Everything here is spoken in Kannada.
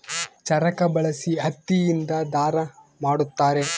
ಚರಕ ಬಳಸಿ ಹತ್ತಿ ಇಂದ ದಾರ ಮಾಡುತ್ತಾರೆ